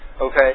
okay